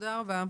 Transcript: תודה רבה.